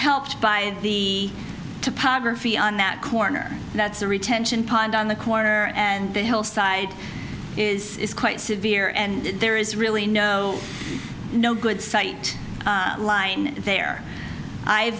helped by the topography on that corner that's a retention pond on the corner and the hill side is quite severe and there is really no no good sight line there i